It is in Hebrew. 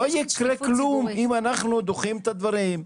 לא יקרה כלום אם אנחנו דוחים את הדברים.